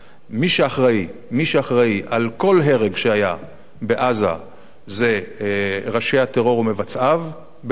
מי שאחראי לכל הרג שהיה בעזה אלה ראשי הטרור ומבצעיו בעזה,